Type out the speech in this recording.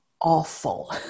awful